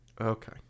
Okay